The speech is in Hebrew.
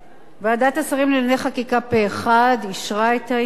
ועדת השרים לענייני חקיקה פה-אחד אישרה את העניין.